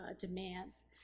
demands